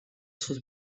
sus